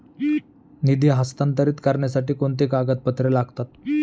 निधी हस्तांतरित करण्यासाठी कोणती कागदपत्रे लागतात?